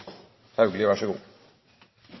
Haugli snakke så